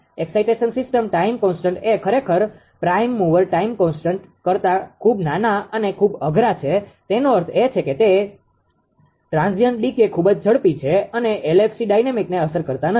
excitation system time constant એ ખરેખર prime mover time constant કરતા ખૂબ નાના અને ખુબ અઘરા છે તેનો અર્થ એ છે કે તે ટ્રાન્ઝીએન્ટ ડીકે ખુબ જ ઝડપી છે અને LFC ડાયનેમિકને અસર કરતા નથી